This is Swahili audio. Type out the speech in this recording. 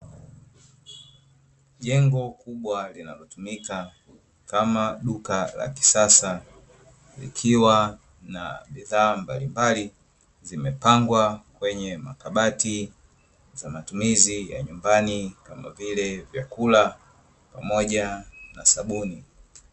Jengo kubwa linalotumika kama duka la kisasa, likiwa na bidhaa mbalimbali zimepangwa kwenye makabati, za matumizi ya nyumbani kama vile vyakula pamoja na sabuni.